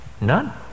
None